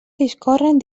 discorren